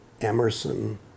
Emerson